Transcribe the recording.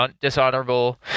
dishonorable